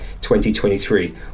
2023